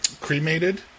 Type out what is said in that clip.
cremated